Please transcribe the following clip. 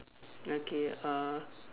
okay uh